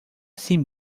sin